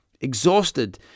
Exhausted